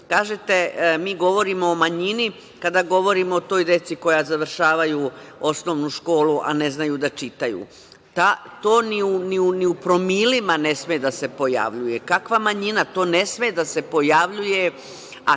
sluša. Kažete, mi govorimo o manjini, kada govorimo o toj deci koja završavaju osnovnu školu, a ne znaju da čitaju. To, ni u promilima ne sme da se pojavljuje, kakva manjina, to ne sme da se pojavljuje, a